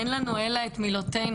אין לנו אלא את מילותינו.